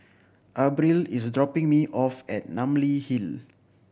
Abril is dropping me off at Namly Hill